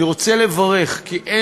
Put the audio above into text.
אני רוצה לברך את כל אלה שעסקו במלאכה,